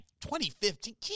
2015